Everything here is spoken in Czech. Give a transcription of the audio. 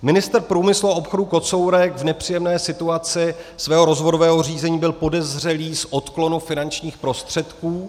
Ministr průmyslu a obchodu Kocourek v nepříjemné situaci svého rozvodového řízení byl podezřelý z odklonu finančních prostředků.